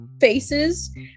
faces